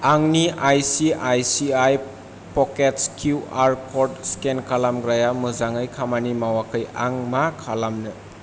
आंनि ICICI Pockets QR code scan खालामग्राया मोजाङै खामानि मावाखै आं मा खालामनो